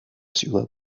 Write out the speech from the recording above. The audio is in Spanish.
ciudad